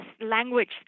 language